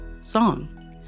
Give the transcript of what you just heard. song